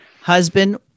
husband